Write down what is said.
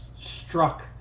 struck